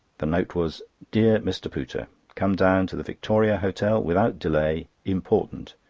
the note was dear mr. pooter come down to the victoria hotel without delay. important.